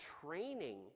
training